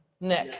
Nick